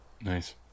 Nice